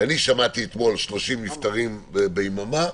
אני שמעתי אתמול 30 נפטרים ביממה.